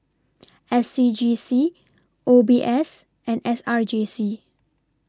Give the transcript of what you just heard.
S C G C O B S and S R J C